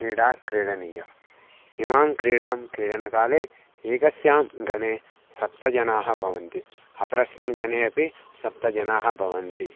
क्रीडा क्रीडणीया इमां क्रीडां क्रीडनकाले एकस्यां गणे सप्त जनाः भवन्ति अपरस्मिन् गणे अपि सप्त जनाः भवन्ति